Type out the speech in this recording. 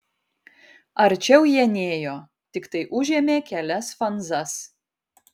arčiau jie nėjo tiktai užėmė kelias fanzas